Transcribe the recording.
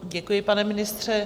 Děkuji, pane ministře.